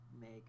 make